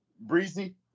Breezy